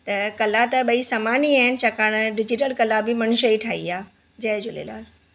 त कला त ॿई समान ई आहिनि छाकाणि डिजीटल कला बि मनुष्य ई ठाही आहे जय झूलेलाल